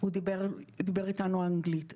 הוא דיבר איתנו אנגלית.